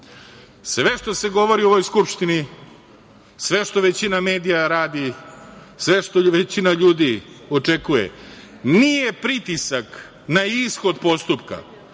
sve što se govori u ovoj Skupštini, sve što većina medija radi, sve što većina ljudi očekuje nije pritisak na ishod postupka,